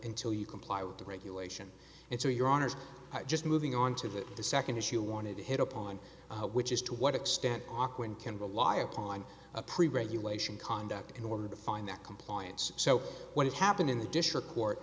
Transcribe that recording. until you comply with the regulation and so your honour's just moving on to the second issue wanted to hit upon which is to what extent awkward can rely upon a pre regulation conduct in order to find that compliance so what has happened in the district court